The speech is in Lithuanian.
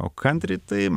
o kantri tai